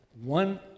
one